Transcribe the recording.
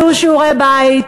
תלכו ותעשו שיעורי בית,